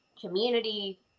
community